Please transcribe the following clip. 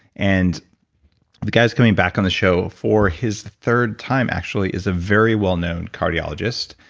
and the guy's coming back on the show for his third time, actually is a very well-known cardiologist,